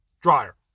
Dryer